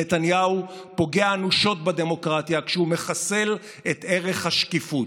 נתניהו פוגע אנושות בדמוקרטיה כשהוא מחסל את ערך השקיפות,